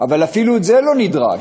אבל אפילו זה לא נדרש.